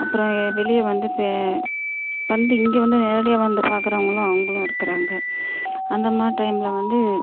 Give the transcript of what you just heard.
அப்புறம் வெளியே வந்து பே வந்து இங்கே வந்து நேரடியாக வந்து பார்க்குறவங்களும் அவங்களும் இருக்கிறாங்க அந்தமாதிரி டைமில் வந்து